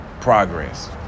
progress